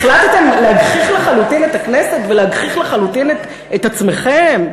החלטתם להגחיך לחלוטין את הכנסת ולהגחיך לחלוטין את עצמכם?